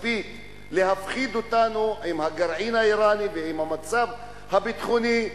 להפחיד אותנו עם הגרעין האירני ועם המצב הביטחוני.